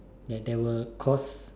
that that will cause